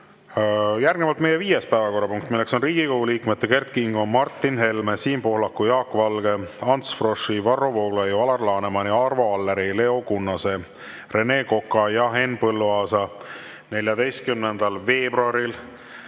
Järgnevalt meie viies päevakorrapunkt, mis on Riigikogu liikmete Kert Kingo, Martin Helme, Siim Pohlaku, Jaak Valge, Ants Froschi, Varro Vooglaiu, Alar Lanemani, Arvo Alleri, Leo Kunnase, Rene Koka ja Henn Põlluaasa 14. veebruaril